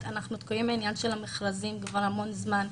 אנחנו תקועים עם העניין של המכרזים כבר המון זמן.